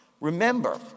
Remember